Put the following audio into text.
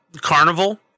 carnival